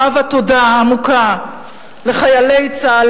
חבה תודה לחיילי צה"ל,